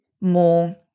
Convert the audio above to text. more